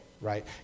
right